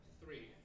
three